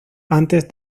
antes